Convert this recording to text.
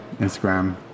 instagram